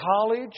college